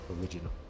original